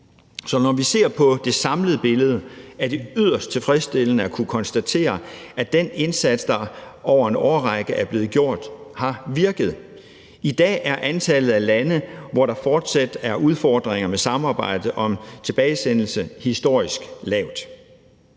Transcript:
Så når vi ser på det samlede billede, er det yderst tilfredsstillende at kunne konstatere, at den indsats, der over en årrække er blevet gjort, har virket. I dag er antallet af lande, hvor der fortsat er udfordringer med samarbejdet om tilbagesendelse, historisk lavt.